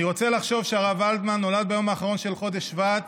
אני רוצה לחשוב שהרב ולדמן נולד ביום האחרון של חודש שבט